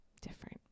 different